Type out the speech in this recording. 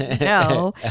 No